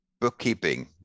bookkeeping